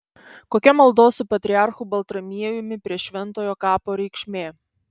kokia maldos su patriarchu baltramiejumi prie šventojo kapo reikšmė